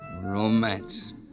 Romance